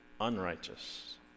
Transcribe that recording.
unrighteous